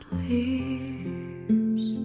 leaves